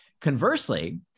Conversely